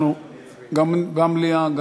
גם מליאה.